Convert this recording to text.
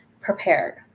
prepared